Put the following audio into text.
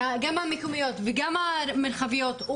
גם המקומיות וגם המרחביות,